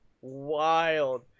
wild